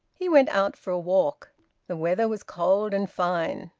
he went out for a walk the weather was cold and fine.